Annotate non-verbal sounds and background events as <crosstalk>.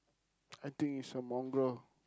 <noise> I think it's a mongrel